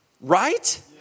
Right